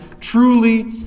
truly